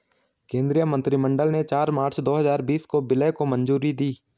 केंद्रीय मंत्रिमंडल ने चार मार्च दो हजार बीस को विलय को मंजूरी दी